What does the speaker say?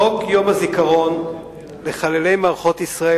חוק יום הזיכרון לחללי מערכות ישראל,